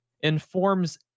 informs